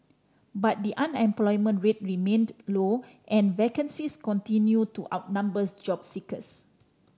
but the unemployment rate remained low and vacancies continued to outnumbers job seekers